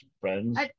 friends